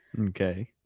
Okay